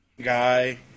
guy